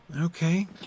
Okay